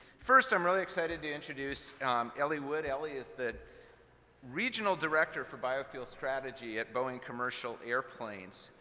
first, i'm really excited to introduce ellie wood. ellie is the regional director for biofuel strategy at boeing commercial airplanes,